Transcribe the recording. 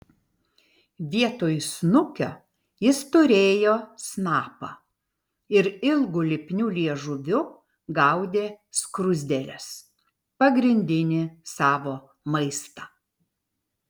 vietoj snukio jis turėjo snapą ir ilgu lipniu liežuviu gaudė skruzdėles pagrindinį savo maistą